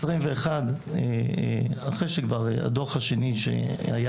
ב-2021 אחרי שכבר הדו"ח השני שהיה